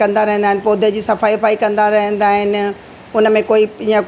कंदा रहंदा आहिनि पौधे जी सफ़ाई वफ़ाई कंदा रहंदा आहिनि उन में कोई या